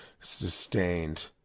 Sustained